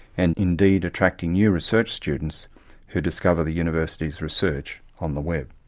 and indeed attracting new research students who discover the university's research on the web.